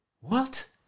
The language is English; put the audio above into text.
What